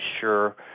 sure